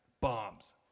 bombs